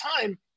time